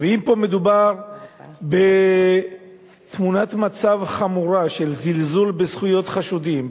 אם מדובר בתמונת מצב חמורה של זלזול בזכויות חשודים,